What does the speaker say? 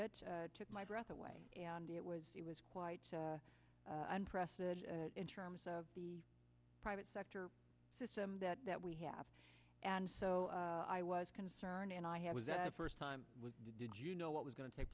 it took my breath away and it was it was quite unprecedented in terms of the private sector system that that we have and so i was concerned and i had was that first time did you know what was going to take